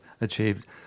achieved